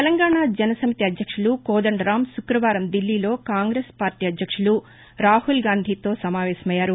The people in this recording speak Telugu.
తెలంగాణా జనసమితి అధ్యక్షులు కోదండరామ్ శుక్రవారం ధిల్లీలో కాంగ్రెస్ పార్లీ అధ్యక్షులు రాహుల్గాంధీతో సమావేశమయ్యారు